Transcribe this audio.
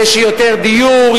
יש יותר דיור,